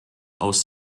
aus